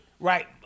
Right